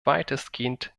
weitestgehend